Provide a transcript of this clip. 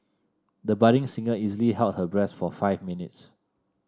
the budding singer easily held her breath for five minutes